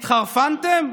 התחרפנתם?